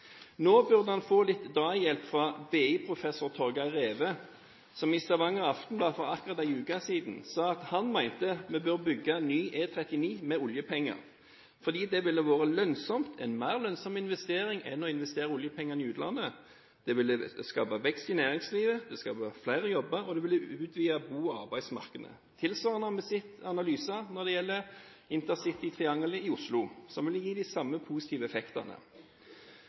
Nå burde han få litt drahjelp fra BI-professor Torger Reve, som i Stavanger Aftenblad for akkurat en uke siden sa at han mente at vi bør bygge ny E39 med oljepenger, fordi det ville være en mer lønnsom investering enn å investere oljepengene i utlandet. Det ville skape vekst i næringslivet, det ville skape flere jobber og det ville utvide bo- og arbeidsmarkedene. Tilsvarende har vi sett i analyser som gjelder intercitytriangelet i Oslo, som vil gi de samme positive effektene.